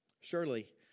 Surely